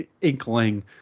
inkling